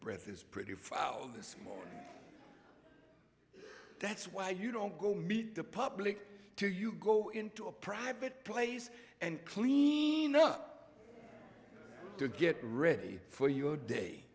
breath is pretty foul this morning that's why you don't go meet the public do you go into a private place and clean up to get ready for your day